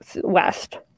West